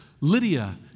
Lydia